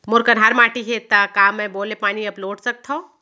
मोर कन्हार माटी हे, त का मैं बोर ले पानी अपलोड सकथव?